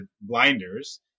blinders